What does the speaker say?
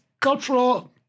cultural